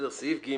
סעיף (ג)